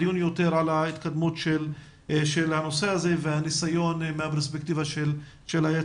הדיון יותר על ההתקדמות של הנושא הזה והניסיון מהפרספקטיבה של היצרנים.